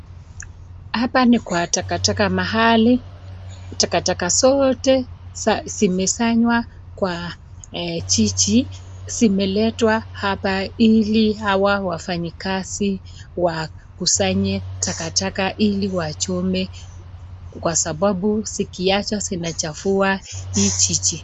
Hapa ni kwa takataka mahali takataka zote zimesanywa kwa jiji zimeletwa hapa ili hawa wafanyikazi wakusanye takataka ili wachome kwa sababu zikiachwa zinachafua hii jiji.